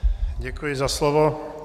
Děkuji za slovo.